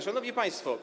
Szanowni Państwo!